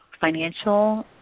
financial